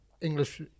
English